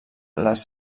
les